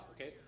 Okay